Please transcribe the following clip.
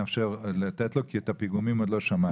נאפשר לתת לו כי את הפיגומים עדיין לא שמענו.